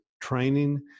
training